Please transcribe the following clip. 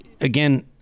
again